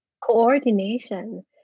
Coordination